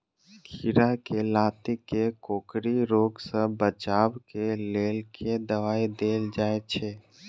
खीरा केँ लाती केँ कोकरी रोग सऽ बचाब केँ लेल केँ दवाई देल जाय छैय?